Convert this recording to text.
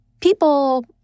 People